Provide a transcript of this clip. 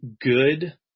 good